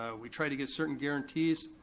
ah we tried to get certain guarantees,